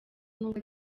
n’ubwo